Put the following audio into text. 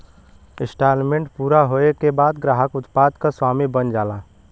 instalment पूरा होये के बाद ग्राहक उत्पाद क स्वामी बन जाला